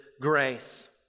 grace